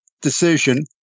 decision